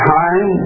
time